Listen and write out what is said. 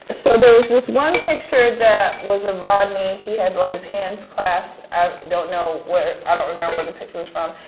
so there was this one picture that was of rodney, he had like his hands clasped i don't know where, i don't remember where the picture was from.